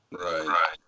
Right